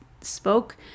spoke